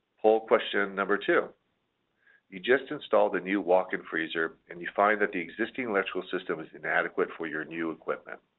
poll question no. two you just installed a new walk in freezer and you find that the existing electrical system is inadequate for your new equipment.